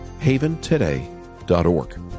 haventoday.org